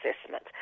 assessment